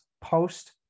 post